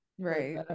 right